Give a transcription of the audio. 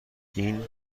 این